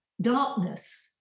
darkness